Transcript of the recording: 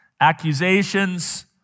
accusations